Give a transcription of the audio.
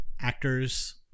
actors-